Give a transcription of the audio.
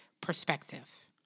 perspective